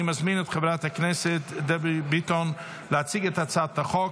אני מזמין את חברת הכנסת דבי ביטון להציג את הצעת החוק.